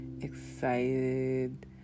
excited